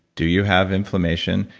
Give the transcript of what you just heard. do you have inflammation?